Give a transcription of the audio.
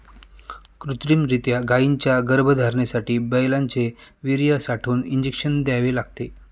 कृत्रिमरीत्या गायींच्या गर्भधारणेसाठी बैलांचे वीर्य साठवून इंजेक्शन द्यावे लागते